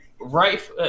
right